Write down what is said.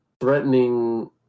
threatening